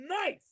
nice